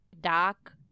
dark